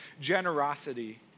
generosity